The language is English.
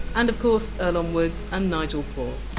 and of course earlonne woods and nigel poor.